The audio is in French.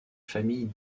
famille